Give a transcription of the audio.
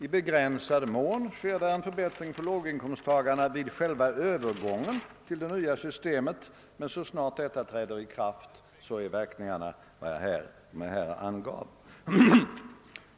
I begränsad mån sker det en förbättring för låginkomsttagarna vid själva Öövergången till det nya systemet, men så snart detta trätt i kraft blir de framtida verkningarna sådana som jag angav.